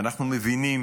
אנחנו מבינים